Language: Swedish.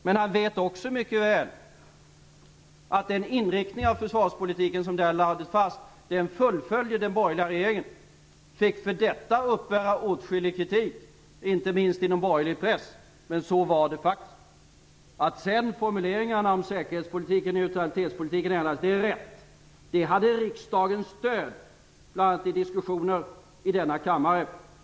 Men han vet också mycket väl att den inriktning av försvarspolitiken som den lade fast fullföljdes av den borgerliga regeringen. Vi fick för detta uppbära åtskillig kritik, inte minst inom borgerlig press, men så var det faktiskt. Att sedan formuleringarna om säkerhetspolitiken och neutralitetspolitiken ändrades är rätt. Det hade riksdagens stöd, bl.a. i diskussioner i denna kammare.